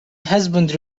husband